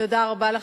תודה רבה לך.